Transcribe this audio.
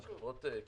הן חברות קטנות,